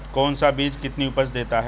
कौन सा बीज कितनी उपज देता है?